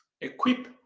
equip